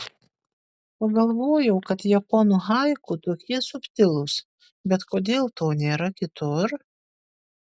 pagalvojau kad japonų haiku tokie subtilūs bet kodėl to nėra kitur